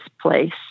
place